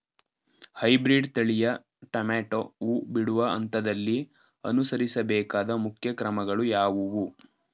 Hybrid ತಳಿಯ tomato ಹೂ ಬಿಡುವ ಹಂತದಲ್ಲಿ ಅನುಸರಿಸಬೇಕಾದ ಮುಖ್ಯ ಕ್ರಮಗಳು ಯಾವುವು?